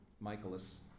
Michaelis